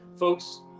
Folks